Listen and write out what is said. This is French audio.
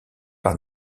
par